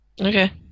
Okay